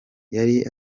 yari